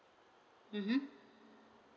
mmhmm